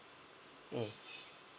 um